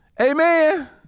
Amen